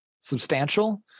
substantial